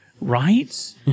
right